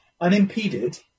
unimpeded